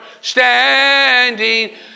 Standing